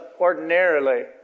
ordinarily